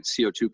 CO2